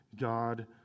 God